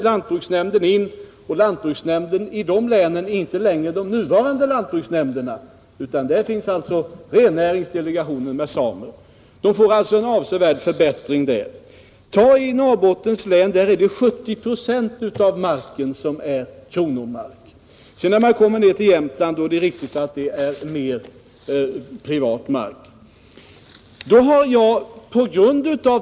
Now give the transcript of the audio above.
Lantbruksnämnden går nämligen in där, och det är inte den nuvarande lantbruksnämnden utan en nämnd med rennäringsdelegation med samer. I Norrbottens län är 70 procent av markerna kronomark. I Jämtlands län är det däremot mera privat mark, det är riktigt.